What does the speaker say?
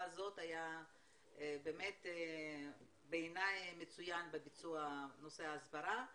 הזאת היה באמת בעיניי מצוין בביצוע נושא ההסברה,